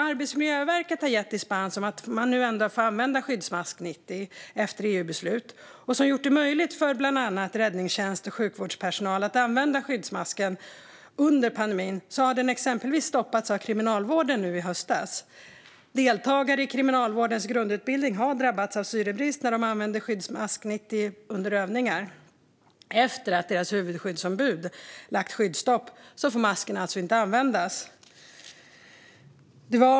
Arbetsmiljöverket har efter ett EU-beslut gett dispens för att använda Skyddsmask 90 och gjort det möjligt för bland annat räddningstjänst och sjukvårdspersonal att använda skyddsmasken under pandemin. Ändå har den stoppats, exempelvis av Kriminalvården i höstas. Deltagare i Kriminalvårdens grundutbildning har drabbats av syrebrist när de använt Skyddsmask 90 på övningar. Efter att huvudskyddsombudet lagt skyddsstopp får masken inte användas.